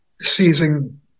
seizing